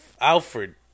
Alfred